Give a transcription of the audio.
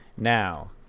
Now